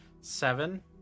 Seven